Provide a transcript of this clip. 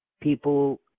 people